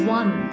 one